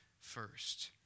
first